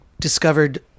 discovered